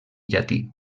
llatí